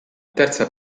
terza